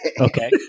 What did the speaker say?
Okay